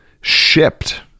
Shipped